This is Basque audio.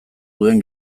duen